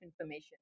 information